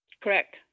Correct